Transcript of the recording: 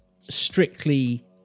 strictly